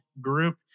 Group